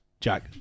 Jack